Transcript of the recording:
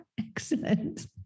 Excellent